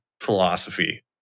philosophy